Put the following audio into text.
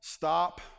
stop